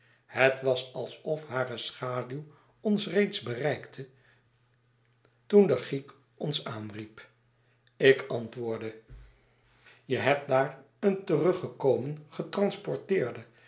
het was alsof hare schaduw ons reeds bereikte toen de giek ons aanriep ik ant woordd e je hebt daar een teruggekomen getransporteerde